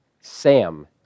Sam